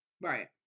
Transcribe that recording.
Right